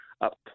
up